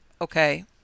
Okay